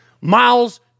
Miles